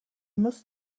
must